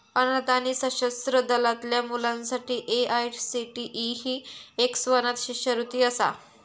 अनाथ आणि सशस्त्र दलातल्या मुलांसाठी ए.आय.सी.टी.ई ही एक स्वनाथ शिष्यवृत्ती असा